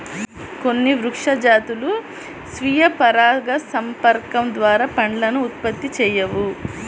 కొన్ని వృక్ష జాతులు స్వీయ పరాగసంపర్కం ద్వారా పండ్లను ఉత్పత్తి చేయవు